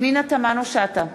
פנינה תמנו-שטה,